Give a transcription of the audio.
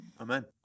Amen